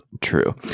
True